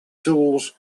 tools